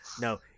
No